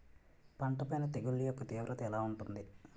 పంట పైన తెగుళ్లు యెక్క తీవ్రత ఎలా ఉంటుంది